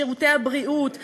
שירותי הבריאות והרווחה,